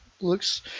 Looks –